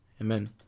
Amen